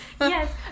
Yes